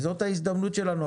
וזאת ההזדמנות שלנו.